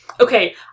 okay